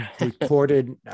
recorded